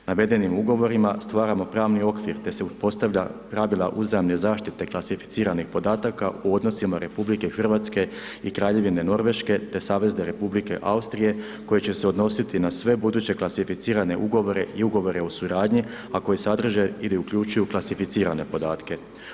Navedenim ugovorima stvaramo pravni okvir te se .../nerazumljivo/... uzajamne zaštite klasificiranih podataka u odnosima RH i Kraljevine Norveške te Savezne Republike Austrije koje će se odnositi na sve buduće klasificirane ugovore i ugovore o suradnji, a koji sadrže ili uključuju klasificirane podatke.